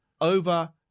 over